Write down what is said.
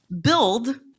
build